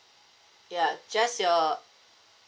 ya just your